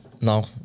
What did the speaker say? No